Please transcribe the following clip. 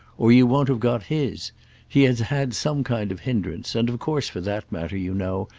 or you won't have got his he has had some kind of hindrance, and, of course, for that matter, you know,